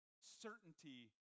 certainty